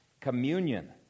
communion